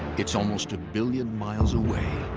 it's almost a billion miles away,